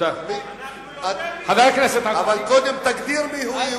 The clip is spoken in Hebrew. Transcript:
אבל קודם תגדיר מיהו יהודי,